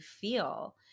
feel